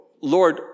Lord